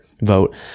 vote